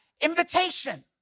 invitation